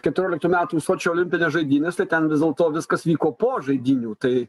keturioliktų metų sočio olimpines žaidynes tai ten vis dėlto viskas vyko po žaidynių tai